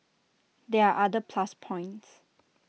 there are other plus points